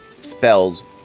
spells